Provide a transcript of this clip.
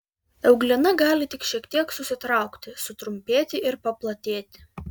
euglena gali tik šiek tiek susitraukti sutrumpėti ir paplatėti